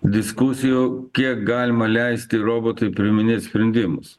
diskusijų kiek galima leisti robotui priiminėt sprendimus